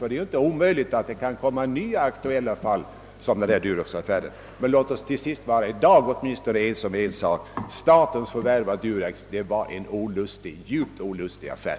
Det är ju inte uteslutet att nya fall, liknande Duroxaffären, kan bli aktuella. En sak borde vi i dag kunna vara ense om: statens förvärv av Durox var en djupt olustig affär.